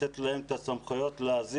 לתת להם את הסמכויות להזיז,